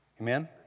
Amen